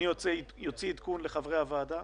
אוציא עדכון לחברי הוועדה